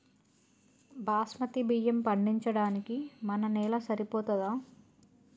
బాస్మతి బియ్యం పండించడానికి మన నేల సరిపోతదా?